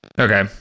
Okay